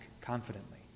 confidently